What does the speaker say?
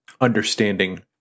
understanding